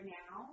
now